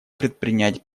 предпринять